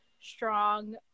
strong